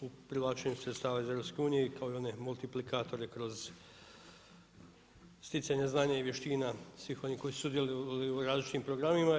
u privlačenju sredstava iz EU i kao one multiplikatore kroz sticanje znanja i vještina svih onih koji su sudjelovali u različitim programima.